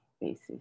basis